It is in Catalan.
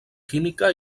química